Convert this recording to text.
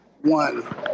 one